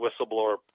Whistleblower